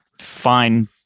fine